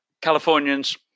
Californians